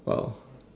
!wow!